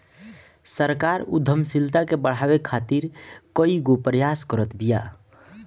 सरकार उद्यमशीलता के बढ़ावे खातीर कईगो प्रयास करत बिया